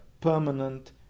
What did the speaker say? permanent